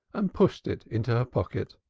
and pushed it into her pocket.